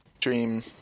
Dream